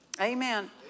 Amen